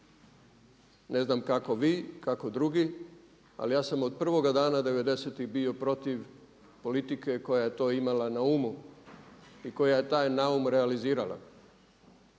Ne znam kako vi, kako drugi, ali ja sam od prvoga dana devedesetih bio protiv politike koja je to imala na umu i koja je taj naum realizirala.